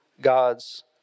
God's